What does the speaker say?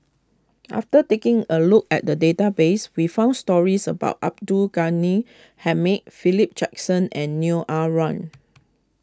after taking a look at the database we found stories about Abdul Ghani Hamid Philip Jackson and Neo Ah Luan